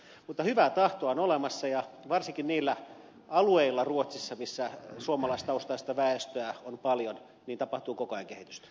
mutta hyvää tahtoa on olemassa ja varsinkin niillä alueilla ruotsissa missä suomalaistaustaista väestöä on paljon tapahtuu koko ajan kehitystä